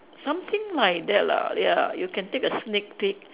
something like that lah ya you can take a sneak peek